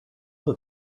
that